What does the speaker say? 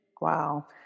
Wow